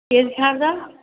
केरु शारदा